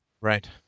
Right